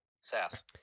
sass